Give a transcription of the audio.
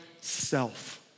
self